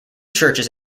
churches